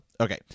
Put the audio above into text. okay